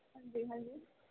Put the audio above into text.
ਹਾਂਜੀ ਹਾਂਜੀ